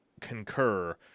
concur